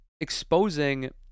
exposing